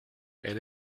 elle